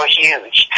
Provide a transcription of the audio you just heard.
huge